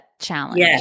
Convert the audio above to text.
challenge